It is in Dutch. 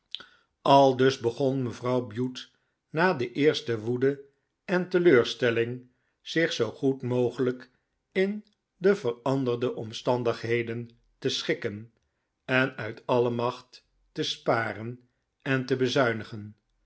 aldus begon mevrouw bute na de eerste woede en teleurstelling zich zoo goed mogelijk in de veranderde omstandigheden te schikken en uit alle macht te sparen en te bezuinigen